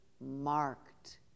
marked